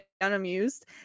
unamused